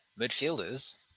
Midfielders